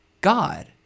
God